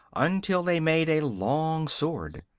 until they made a long sword.